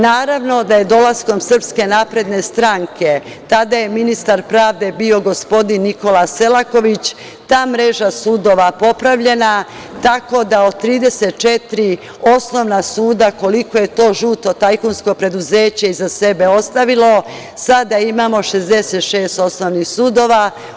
Naravno da je dolaskom SNS, tada je bio ministar pravde gospodin Nikola Selaković, ta mreža sudova popravljena, tako da od 34 osnovna suda koliko je to žuto tajkunsko preduzeće iza sebe ostavilo, sada imamo 66 osnovnih sudova.